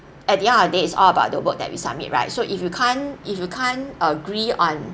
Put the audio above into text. at the end of the day it's all about the work that we submit right so if you can't if you can't agree on